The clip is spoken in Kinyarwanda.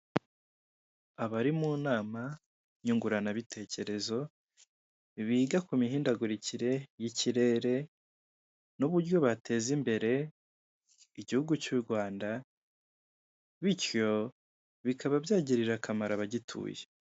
Abari mu nama nyunguranabitekerezo biga ku mihindagurikire y'ikirere, n'uburyo bateza imbere igihugu cy'u Rwanda bityo bikaba byagirira akamaro abagituye.